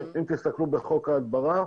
אם תסתכלו בחוק ההדברה,